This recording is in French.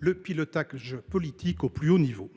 le pilotage politique au plus haut niveau.